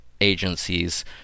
agencies